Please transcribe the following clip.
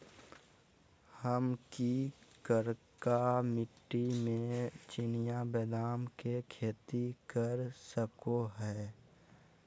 हम की करका मिट्टी में चिनिया बेदाम के खेती कर सको है?